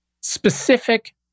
specific